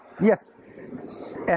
Yes